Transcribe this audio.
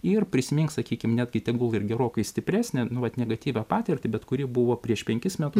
ir prisimink sakykim netgi tegul ir gerokai stipresnę nu vat negatyvią patirtį bet kuri buvo prieš penkis metus